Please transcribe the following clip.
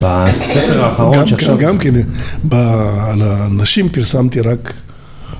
בספר האחרון שעכשיו.. גם כן, על הנשים פרסמתי רק..